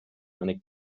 eine